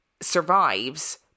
survives